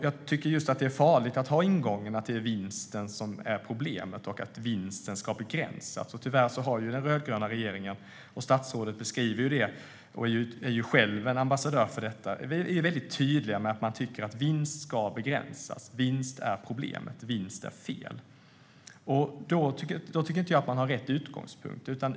Jag tycker att det är farligt att ha ingången att det är vinsten som är problemet och att vinsten ska begränsas. Tyvärr har den rödgröna regeringen den ingången, och statsrådet är ju själv en ambassadör för det. Regeringen är tydlig med att vinst ska begränsas, att vinst är problemet och att vinst är fel. Då har man inte rätt utgångspunkt.